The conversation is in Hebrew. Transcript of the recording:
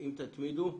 אם תתמידו,